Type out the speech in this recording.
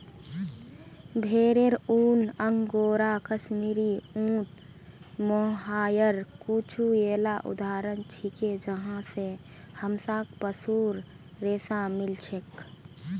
भेरेर ऊन, अंगोरा, कश्मीरी, ऊँट, मोहायर कुछू येला उदाहरण छिके जहाँ स हमसाक पशुर रेशा मिल छेक